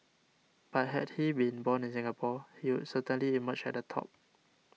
but had he been born in Singapore he would certainly emerge at the top